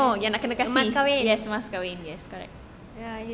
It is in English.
emas kahwin